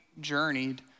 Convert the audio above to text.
Journeyed